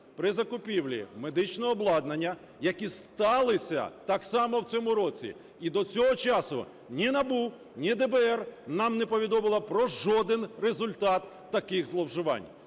при закупівлі медичного обладнання, які сталися так само в цьому році. І до цього часу ні НАБУ, ні ДБР нам не повідомили про жоден результат таких зловживань.